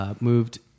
moved